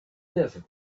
desert